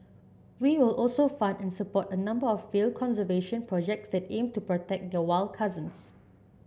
we will also fund and support a number of field conservation projects that aim to protect their wild cousins